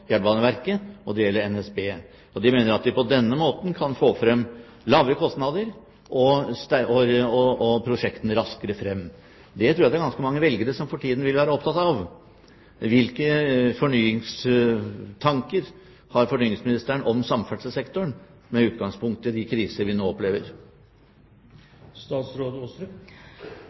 Jernbaneverket, og det gjelder NSB. De mener at de på denne måten kan få lavere kostnader og få prosjektene raskere frem. Det tror jeg det er ganske mange velgere som for tiden vil være opptatt av. Hvilke fornyingstanker har fornyingsministeren om samferdselssektoren, med utgangspunkt i de kriser vi nå